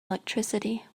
electricity